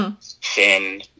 Thin